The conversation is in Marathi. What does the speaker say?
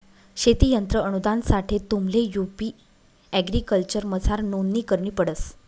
शेती यंत्र अनुदानसाठे तुम्हले यु.पी एग्रीकल्चरमझार नोंदणी करणी पडस